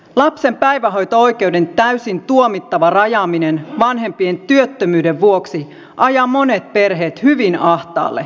lapsen päivähoito oikeuden täysin tuomittava rajaaminen vanhempien työttömyyden vuoksi ajaa monet perheet hyvin ahtaalle